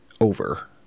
over